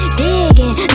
digging